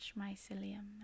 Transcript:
mycelium